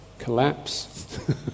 collapse